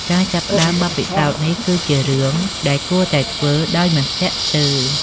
ការចាប់ផ្តើមបទពិសោធន៍នេះគឺជារឿងដែលគួរតែធ្វើដោយមិនស្ទាក់ស្ទើរ។